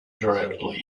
directly